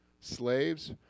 Slaves